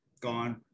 gone